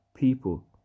people